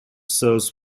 serves